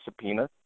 subpoena